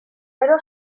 gero